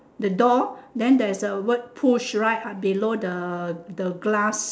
the door then there is a word push right below the the glass